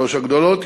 שלוש הגדולות,